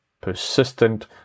persistent